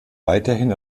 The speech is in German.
weiterhin